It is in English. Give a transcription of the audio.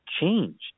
changed